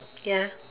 ya